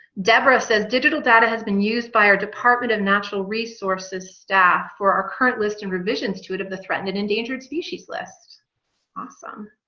debra says digital data has been used by our department of natural resources staff for our current list and revisions to it of the threatened and endangered species list awesome